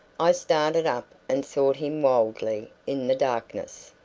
i started up and sought him wildly in the darkness.